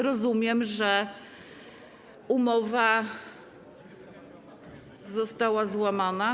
Rozumiem, że umowa została złamana.